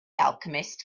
alchemist